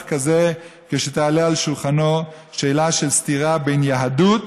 כזה כשתעלה על שולחנו שאלה של סתירה בין יהדות